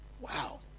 wow